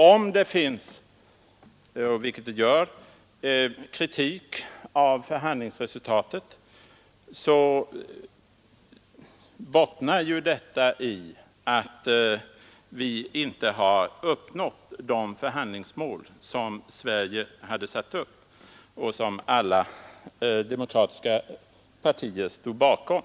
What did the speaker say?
Om det förekommer — vilket det gör — kritik av förhandlingsresultatet, bottnar detta i det förhållandet att vi inte har uppnått de förhandlingsmål som Sverige hade satt upp och som alla demokratiska partier stod bakom.